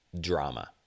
drama